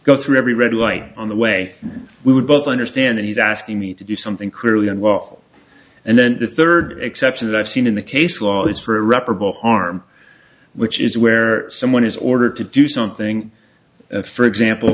go through every red light on the way we would both understand that he's asking me to do something clearly unlawful and then the third exception that i've seen in the case law is for irreparable harm which is where someone is ordered to do something for example